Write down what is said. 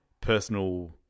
personal